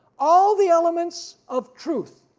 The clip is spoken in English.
all the elements of truth,